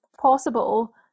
possible